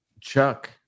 chuck